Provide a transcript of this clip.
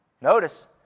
notice